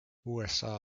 usa